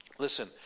Listen